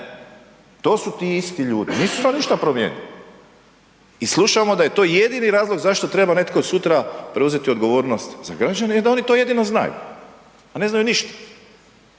to su ti isti ljudi, nisu se oni ništa promijenili i slušamo da je to jedini razlog zašto treba netko sutra preuzeti odgovornost za građane jer da oni to jedino znaju, a ne znaju ništa,